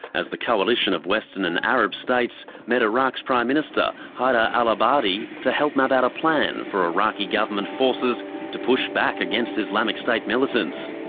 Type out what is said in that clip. as the coalition of western and arab states met iraq's prime minister, haider al-abadi, to help map out a plan for iraqi government forces to push back against islamic state militants.